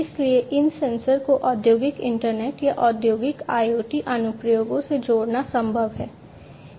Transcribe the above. इसलिए इन सेंसर को औद्योगिक इंटरनेट या औद्योगिक IoT अनुप्रयोगों से जोड़ना संभव है